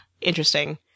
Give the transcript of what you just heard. interesting